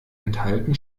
enthalten